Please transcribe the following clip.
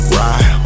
ride